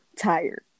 tired